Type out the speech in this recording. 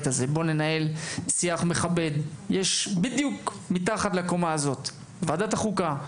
להתכנס כולנו יחד לדיון בוועדת חוקה,